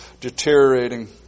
deteriorating